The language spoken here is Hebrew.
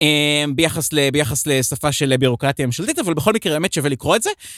ביחס לשפה של בירוקרטיה הממשלתית, אבל בכל מקרה האמת שווה לקרוא את זה.